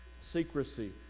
Secrecy